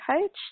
Coach